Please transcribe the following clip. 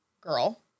girl